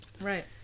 Right